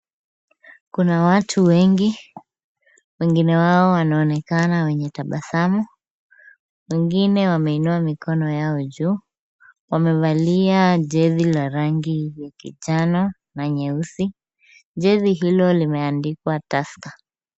Kuna watu wengi, wengine wao wanaonekana wenye tabasamu, wengine wameinua mikono yao juu, wamevalia jezi la rangi ya kijani na nyeusi. Jezi hilo limeandikwa Tusker.